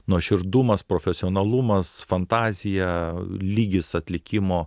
nuoširdumas profesionalumas fantazija lygis atlikimo